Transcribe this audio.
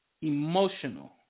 emotional